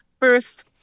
First